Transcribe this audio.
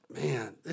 man